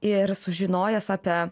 ir sužinojęs apie